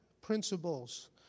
Principles